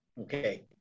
Okay